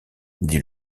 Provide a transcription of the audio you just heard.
dit